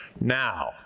Now